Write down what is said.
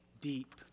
deep